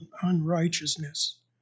unrighteousness